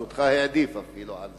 אז אותך הוא אפילו העדיף.